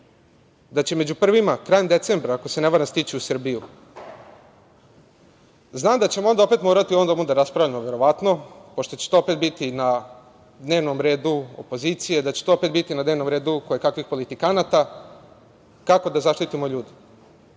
da će među prvima krajem decembra, ako se ne varam, stići u Srbiju. Znam da ćemo opet morati da o ovom raspravljamo pošto će to opet biti na dnevnom redu opozicije, da će to opet biti na dnevnom redu kojekakvih politikanata, kako da zaštitimo ljude.